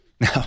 Now